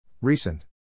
Recent